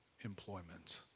employment